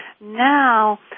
Now